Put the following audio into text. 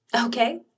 okay